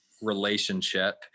relationship